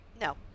No